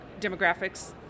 demographics